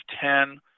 ten